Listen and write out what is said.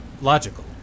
logical